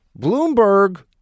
Bloomberg